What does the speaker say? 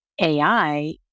AI